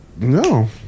No